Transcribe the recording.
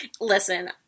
Listen